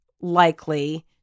likely